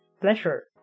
pleasure